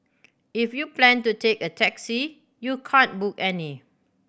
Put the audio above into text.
if you plan to take a taxi you can't book any